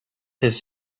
his